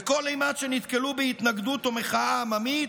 וכל אימת שנתקלו בהתנגדות או מחאה עממית,